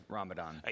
Ramadan